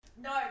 No